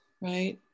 right